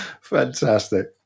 fantastic